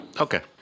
Okay